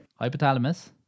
Hypothalamus